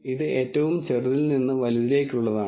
ഇത് ഏറ്റവും ചെറുതിൽനിന്നു വലുതിലേക്കുള്ളതാണ്